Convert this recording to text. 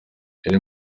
iri